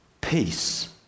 peace